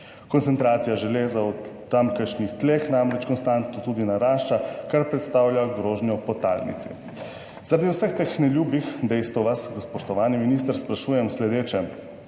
Koncentracija železa v tamkajšnjih tleh namreč tudi konstantno narašča, kar predstavlja grožnjo podtalnici. Zaradi vseh teh neljubih dejstev vas, spoštovani minister, sprašujem sledeče: